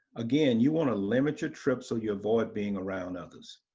again, you wanna limit your trips so you avoid being around others.